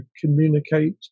communicate